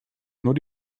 nur